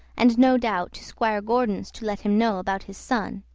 and no doubt to squire gordon's, to let him know about his son.